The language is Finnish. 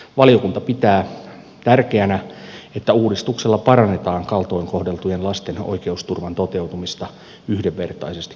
valiokunta pitää tärkeänä että uudistuksella parannetaan kaltoin kohdeltujen lasten oikeusturvan toteutumista yhdenvertaisesti koko maassa